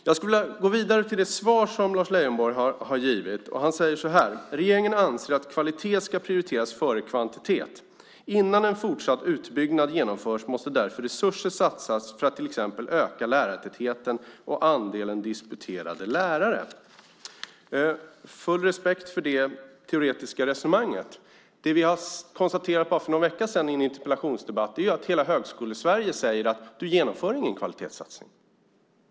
Jag skulle vilja gå vidare till det svar som Lars Leijonborg har givit. Han säger: "Regeringen anser att kvalitet ska prioriteras före kvantitet. Innan en fortsatt utbyggnad genomförs måste därför resurser satsas för att till exempel öka lärartätheten och andelen disputerade lärare." Jag har full respekt för detta teoretiska resonemang. Det som vi har konstaterat för bara någon vecka sedan i en interpellationsdebatt är att hela Högskole-Sverige säger att du inte genomför någon kvalitetssatsning.